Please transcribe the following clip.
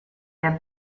der